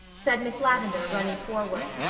said miss lavendar, running forward.